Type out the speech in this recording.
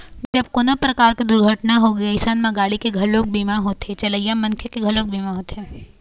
जब कोनो परकार के दुरघटना होगे अइसन म गाड़ी के घलोक बीमा होथे, चलइया मनखे के घलोक बीमा होथे